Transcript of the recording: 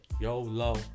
YOLO